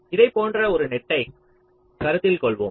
இதைப்போன்ற ஒரு நெட்டை கருத்தில் கொள்வோம்